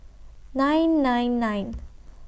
nine nine nine